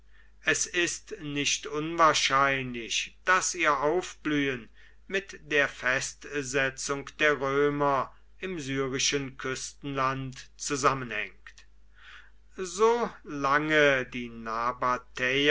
es ist nicht unwahrscheinlich daß ihr aufblühen mit der festsetzung der römer im syrischen küstenland zusammenhängt so lange die